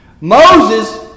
Moses